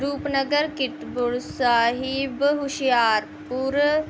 Rupnagar Kiratpur Sahib Hoshiarpur